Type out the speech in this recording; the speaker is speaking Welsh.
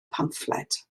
pamffled